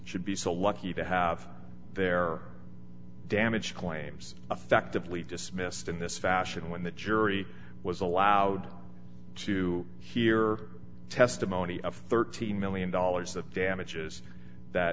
should be so lucky to have their damage claims effectively dismissed in this fashion when the jury was allowed to hear testimony of thirteen million dollars of damages that